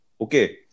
Okay